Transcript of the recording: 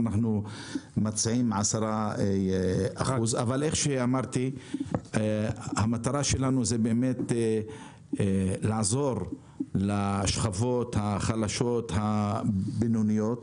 אנחנו מציעים 10%. המטרה שלנו היא לעזור לשכבות החלשות-בינוניות.